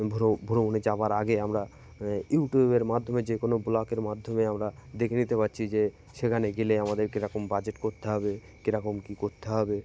ভ ভ্রমণে যাওয়ার আগে আমরা ইউটিউবের মাধ্যমে যে কোনো ব্লগের মাধ্যমে আমরা দেখে নিতে পারছি যে সেখানে গেলে আমাদের কীরকম বাজেট করতে হবে কী রকম কী করতে হবে